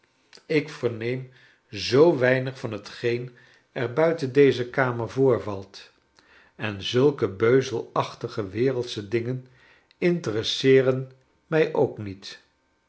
ik verneem zoo weinig van hetgeen er buiten deze kamer voorvalt en zulke beuzelachtige we reldsche dingen interesseeren mij ook niet